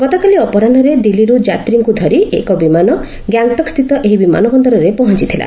ଗତକାଲି ଅପରାହ୍ନରେ ଦିଲ୍ଲୀରୁ ଯାତ୍ରୀଙ୍କୁ ଧରି ଏକ ବିମାନ ଗ୍ୟାଙ୍ଗ୍ଟକ୍ ସ୍ଥିତ ଏହି ବିମାନ ବନ୍ଦରରେ ପହଞ୍ଚିଥିଲା